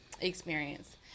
experience